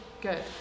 good